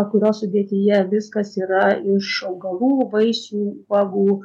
kurio sudėtyje viskas yra iš augalų vaisių uogų